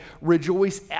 rejoice